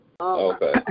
Okay